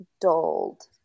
dulled